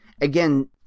again